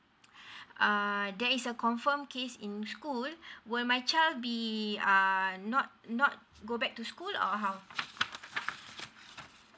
uh there is a confirmed case in school would my child be uh not not go back to school or how